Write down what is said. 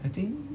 I think